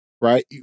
Right